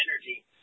energy